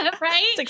right